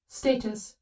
status